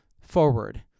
forward